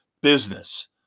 business